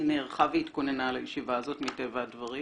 היא נערכה והתכוננה לישיבה הזאת, מטבע הדברים,